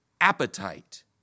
appetite